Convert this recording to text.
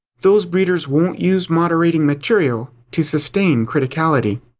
those breeders won't use moderating material to sustain criticality.